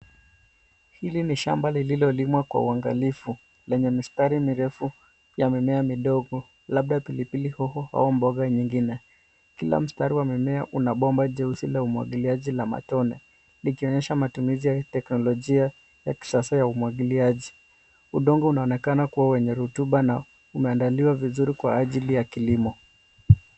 Hili ni shamba lililolimwa kwa uangalifu, lenye mistari mirefu ya mimea midogo, labda pilipili hoho au mboga nyingine. Kila mstari wa mmea una bomba jeusi la umwagiliaji la matone, likionyesha matumizi ya teknolojia ya kisasa ya umwagiliaji. Udongo unaonekana kuwa wenye rotuba na umeandaliwa vizuri kwa ajili ya kilimo.